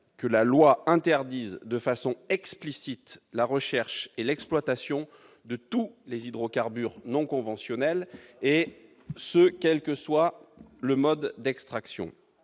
que la loi interdise de façon explicite la recherche et l'exploitation de tous les hydrocarbures non conventionnels, et ce quel que soit le mode d'extraction.